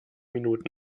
minuten